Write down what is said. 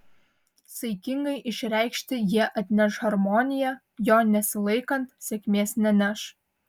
saikingai išreikšti jie atneš harmoniją jo nesilaikant sėkmės neneš